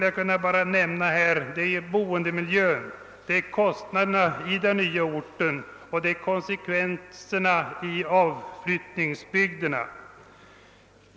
Jag vill här nämna boendemiljön, kostnaderna i den nya orten och konsekvenserna i avflyttningsbygderna.